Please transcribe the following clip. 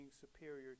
superior